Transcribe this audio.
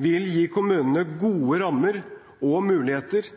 vil gi kommunene gode rammer og muligheter